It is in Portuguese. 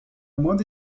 manda